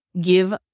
give